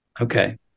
Okay